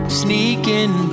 sneaking